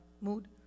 mood